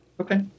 Okay